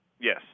Yes